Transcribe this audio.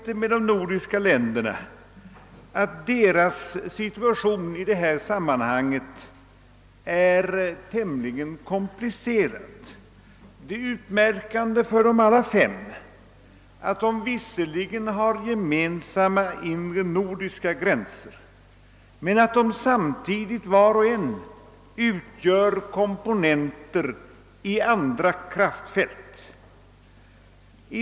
De nordiska ländernas situation i det här sammanhanget är dock tämligen komplicerad. Utmärkande för alla fem länderna är att de visserligen har gemensamma nordiska gränser men att de samtidigt var och en utgör komponenter i andra kraftfält.